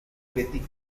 petit